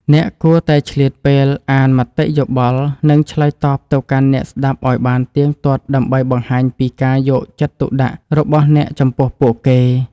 អ្នកគួរតែឆ្លៀតពេលអានមតិយោបល់ និងឆ្លើយតបទៅកាន់អ្នកស្តាប់ឱ្យបានទៀងទាត់ដើម្បីបង្ហាញពីការយកចិត្តទុកដាក់របស់អ្នកចំពោះពួកគេ។